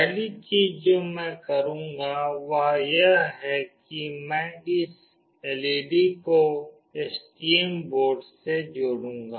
पहली चीज जो मैं करूंगी वह यह है कि मैं इस एलईडी को एसटीएम बोर्ड से जोड़ूंगी